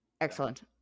Excellent